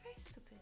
stupid